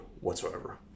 whatsoever